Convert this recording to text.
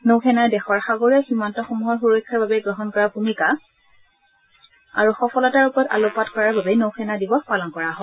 নৌ সেনাই দেশৰ সাগৰীয় সীমান্তসমূহৰ সুৰক্ষাৰ বাবে গ্ৰহণ কৰা ভূমিকা আৰু সফলতাৰ ওপৰত আলোকপাত কৰাৰ বাবেও নৌ সেনা দিৱস পালন কৰা হয়